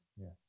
Yes